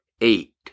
eight